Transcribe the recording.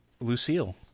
Lucille